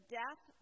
death